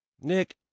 Nick